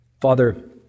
Father